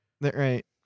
Right